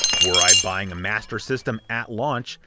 were i buying a master system at launch,